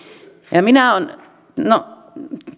no